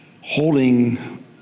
holding